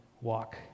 walk